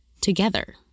together